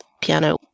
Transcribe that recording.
piano